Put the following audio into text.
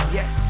Yes